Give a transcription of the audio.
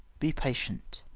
be patient!